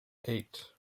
eight